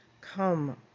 come